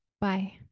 Bye